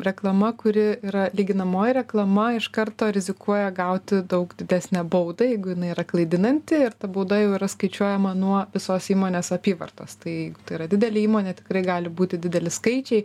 reklama kuri yra lyginamoji reklama iš karto rizikuoja gauti daug didesnę baudą jeigu jinai yra klaidinanti ir ta bauda jau yra skaičiuojama nuo visos įmonės apyvartos tai yra didelė įmonė tikrai gali būti dideli skaičiai